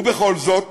ובכל זאת